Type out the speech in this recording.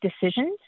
decisions